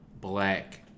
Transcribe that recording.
black